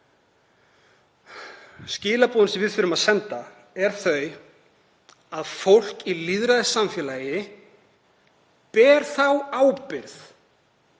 Skilaboðin sem við þurfum að senda eru þau að fólk í lýðræðissamfélagi beri þá ábyrgð